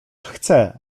chce